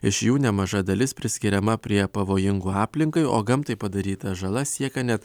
iš jų nemaža dalis priskiriama prie pavojingų aplinkai o gamtai padaryta žala siekia net